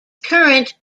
current